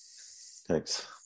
Thanks